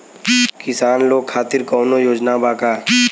किसान लोग खातिर कौनों योजना बा का?